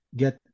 get